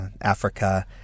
Africa